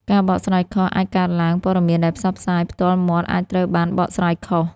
ការបកស្រាយខុស អាចកើតឡើង ព័ត៌មានដែលផ្សព្វផ្សាយផ្ទាល់មាត់អាចត្រូវបានបកស្រាយខុស។